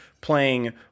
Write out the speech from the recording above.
playing